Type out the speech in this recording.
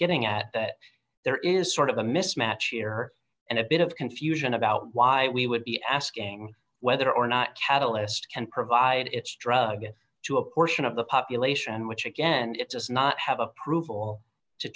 getting at there is sort of a mismatch year and a bit of confusion about why we would be asking whether or not catalyst can provide its drug to a portion of the population which again it does not have approval to